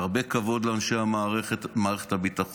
ובהרבה כבוד לאנשי מערכת הביטחון.